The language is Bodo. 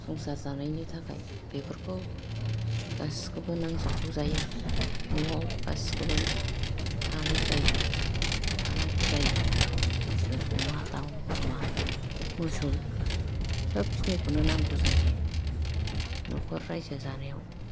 संसार जानायनि थाखाय बेफोरखौ गासिखौबो नांजोबगौ जायो नआव गासिखौबो थानाय जायो थानांगौ जायो गासिबो अमा दाव बोरमा मोसौ सोब खिनिखौनो नांगौ जायो न'खर रायजो जानायाव